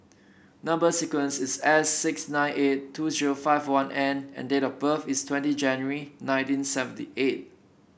number sequence is S six nine eight two zero five one N and date of birth is twenty January nineteen seventy eight